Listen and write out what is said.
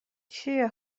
چیه